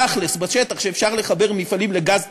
תכל'ס בשטח, שאפשר לחבר מפעלים לגז טבעי,